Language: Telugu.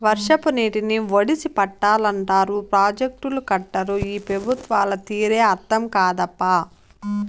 వర్షపు నీటిని ఒడిసి పట్టాలంటారు ప్రాజెక్టులు కట్టరు ఈ పెబుత్వాల తీరే అర్థం కాదప్పా